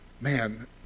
Man